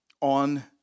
on